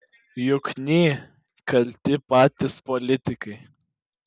jukny kalti patys politikai